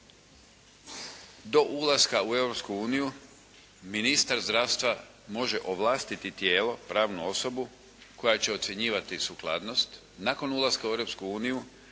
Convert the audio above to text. u Europsku uniju ministar zdravstva može ovlastiti tijelo, pravnu osobu koja će ocjenjivati sukladnost, nakon ulaska u